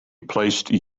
placed